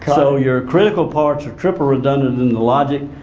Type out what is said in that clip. so your critical parts are triple-redundant in the logic,